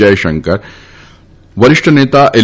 જયશંકર વરિષ્ઠ નેતા એલ